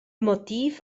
motiv